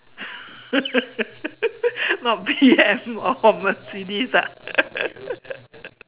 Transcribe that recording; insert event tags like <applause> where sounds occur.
<laughs> not B_M or Mercedes ah <laughs>